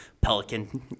pelican